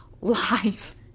life